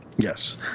Yes